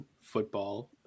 football